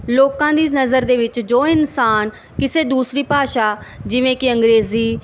ਲੋਕਾਂ ਦੀ ਨਜ਼ਰ ਦੇ ਵਿੱਚ ਜੋ ਇਨਸਾਨ ਕਿਸੇ ਦੂਸਰੀ ਭਾਸ਼ਾ ਜਿਵੇਂ ਕਿ ਅੰਗਰੇਜ਼ੀ